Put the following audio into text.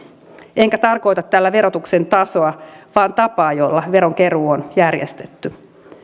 enkä tarkoita tällä verotuksen tasoa vaan tapaa jolla veron keruu on järjestetty